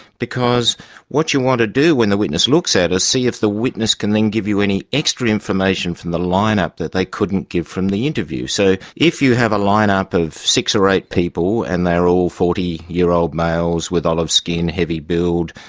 because what you want to do when the witness looks at them, see if the witness can then give you any extra information from the line-up that they couldn't give from the interview. so if you have a line-up of six or eight people and they're all forty year old males with olive skin, heavy build,